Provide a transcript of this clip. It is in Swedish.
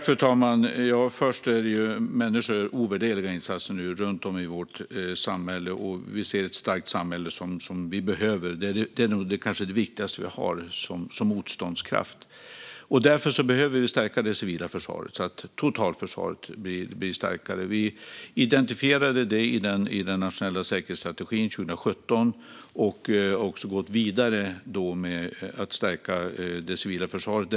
Fru talman! Människor gör nu ovärderliga insatser runt om i vårt samhälle. Vi ser ett starkt samhälle, som vi behöver. Det är kanske det viktigaste vi har som motståndskraft. Därför behöver vi stärka det civila försvaret så att totalförsvaret blir starkare. Vi identifierade det i den nationella säkerhetsstrategin 2017 och har gått vidare med att stärka det civila försvaret.